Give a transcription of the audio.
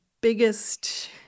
biggest